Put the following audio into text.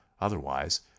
otherwise